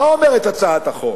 מה אומרת הצעת החוק?